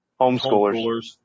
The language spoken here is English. Homeschoolers